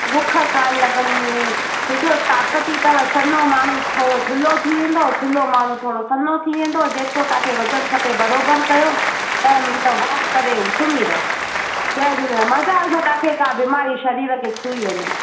भूख कान लॻंदी हेॾो ताकत ई त सनो माण्हू थोरो थुलो थी वेंदो थुलो माण्हू थोरो सनो थी वेंदो जेतिरो तव्हांखे वज़नु खपे बराबरि कयो ॾह मिंट वॉक करे हू सुम्ही रहो जय झूलेलाल मजाल जो तव्हांखे का बीमारी सरीर खे छुई वञे